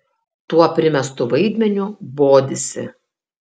tuo primestu vaidmeniu bodisi